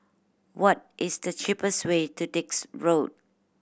what is the cheapest way to Dix Road